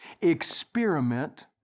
Experiment